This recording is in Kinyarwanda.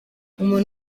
umuntu